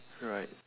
right